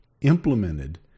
implemented